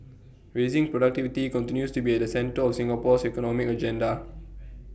raising productivity continues to be at the centre of Singapore's economic agenda